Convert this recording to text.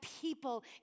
people